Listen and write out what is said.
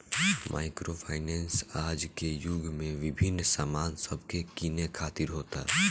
micro finance आज के युग में विभिन्न सामान सब के किने खातिर होता